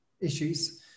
issues